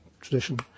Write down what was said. tradition